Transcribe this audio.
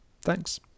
thanks